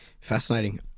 fascinating